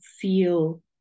feel